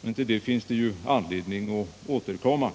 Men till det finns det anledning att återkomma.